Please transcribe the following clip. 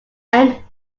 antarctic